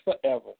forever